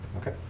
Okay